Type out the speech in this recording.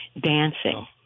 dancing